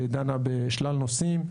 דנה בשלל נושאים,